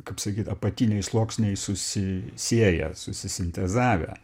kaip sakyt apatiniai sluoksniai susisieję susisintezavę